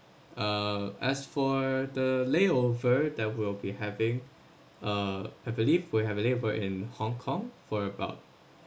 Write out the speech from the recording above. uh as for the lay over there will be having uh I believe we'll have a day for in Hong-Kong for about